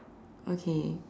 okay